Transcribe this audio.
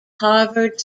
harvard